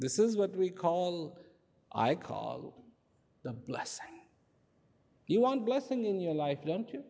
this is what we call i call the last you want blessing in your life don't